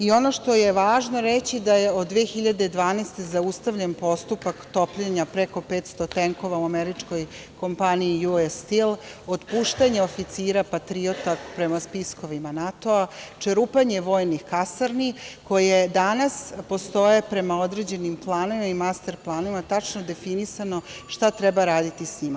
Ono što je isto važno reći da je od 2012. godine zaustavljen postupak topljenja preko 500 tenkova u američkoj kompaniji JUESTIL, otpuštanje oficira patriota prema spiskovima NATO, čerupanje vojnih kasarni koje danas postoje određenim planovima i master planovima, tačno definisano šta treba raditi sa njima.